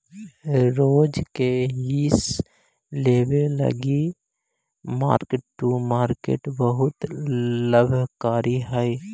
रोज के हिस लेबे लागी मार्क टू मार्केट बहुत लाभकारी हई